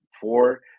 four